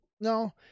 no